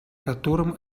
которым